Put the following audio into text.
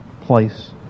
place